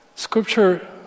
Scripture